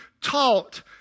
taught